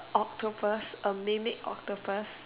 octopus a mermaid octopus